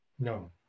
No